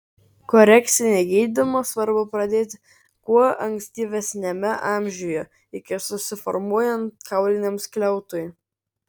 korekcinį gydymą svarbu pradėti kuo ankstyvesniame amžiuje iki susiformuojant kauliniam skliautui